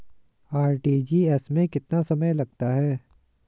RTGS में कितना समय लगता है?